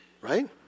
Right